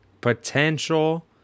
potential